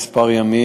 כמה ימים,